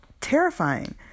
terrifying